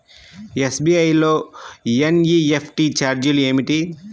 SBI లో NEFT ఛార్జీలు ఏమిటి?